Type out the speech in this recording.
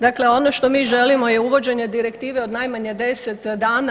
Dakle, ono što mi želimo je uvođenje direktive od najmanje 10 dana.